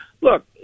Look